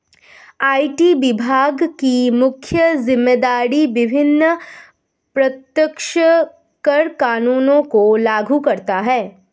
IT विभाग की मुख्य जिम्मेदारी विभिन्न प्रत्यक्ष कर कानूनों को लागू करता है